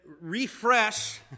refresh